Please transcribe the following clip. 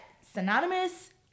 synonymous